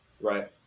Right